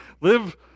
live